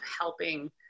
helping